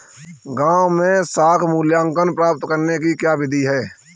गाँवों में साख मूल्यांकन प्राप्त करने की क्या विधि है?